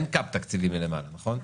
אין קאפ תקציבי מלמעלה, נכון?